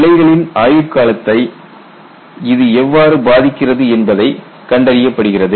உலைகளின் ஆயுட்காலத்தை இது எவ்வாறு பாதிக்கிறது என்பது கண்டறியப்படுகிறது